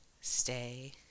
stay